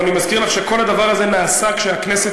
אני מזכיר לך שכל הדבר הזה נעשה כשהכנסת